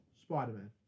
Spider-Man